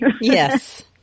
Yes